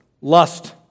lust